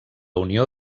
unió